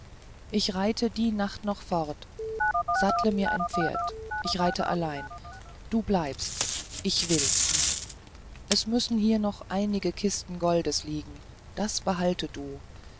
ich reite die nacht noch fort sattle mir ein pferd ich reite allein du bleibst ich will's es müssen hier noch einige kisten goldes liegen das behalte du